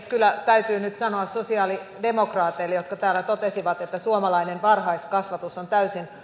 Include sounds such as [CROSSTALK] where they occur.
[UNINTELLIGIBLE] kyllä täytyy nyt sanoa sosialidemokraateille jotka täällä totesivat että suomalainen varhaiskasvatus on täysin